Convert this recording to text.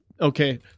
okay